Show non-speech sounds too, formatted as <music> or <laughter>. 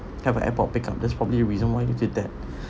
have an airport pick up that's probably reason why they said that <breath>